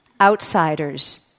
outsiders